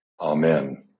Amen